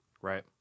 Right